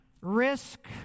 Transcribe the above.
risk